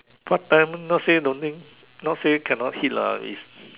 what time not say don't need not say cannot hit lah is